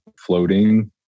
floating